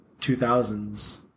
2000s